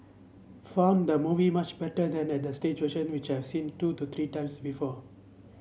found the movie much better than at the stage version which have seen two to three times before